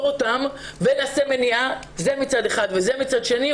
אם אנחנו נעצור אותם נעשה מניעה זה מצד אחד וזה מצד שני,